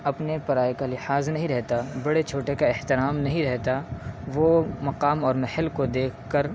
اپنے پرائے کا لحاظ نہیں رہتا بڑے چھوٹے کا احترام نہیں رہتا وہ مقام اور محل کو دیکھ کر